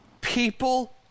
People